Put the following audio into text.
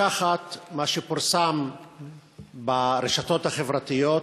לקחת מה שפורסם ברשתות החברתיות,